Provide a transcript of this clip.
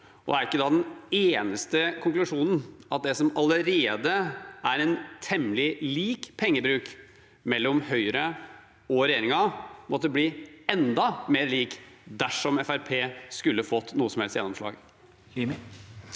ta. Er ikke da den eneste konklusjonen at det som allerede er en temmelig lik pengebruk mellom Høyre og regjeringen, måtte bli enda mer lik dersom Fremskrittspartiet skulle fått noe som helst gjennomslag?